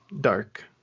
dark